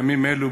בימים אלו,